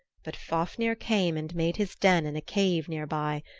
but fafnir came and made his den in a cave near by,